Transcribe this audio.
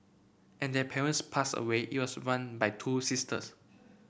and their parents passed away it was run by two sisters